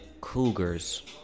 cougars